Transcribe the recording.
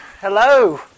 Hello